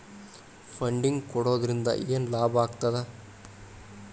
Funding ಕೊಡೊದ್ರಿಂದಾ ಏನ್ ಲಾಭಾಗ್ತದ?